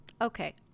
okay